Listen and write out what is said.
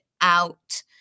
out